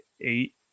eight